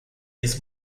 this